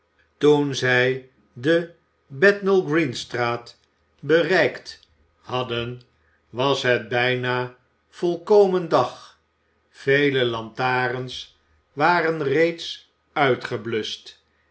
toen zij de bethnal oreen strat bereikt hadden was het bijna volkomen dag vele lantarens waren reeds uitgebluscht